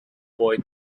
boy